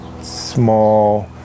small